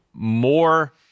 more